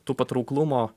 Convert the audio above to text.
tų patrauklumo